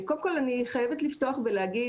קודם כל אני חייבת לפתוח ולהגיד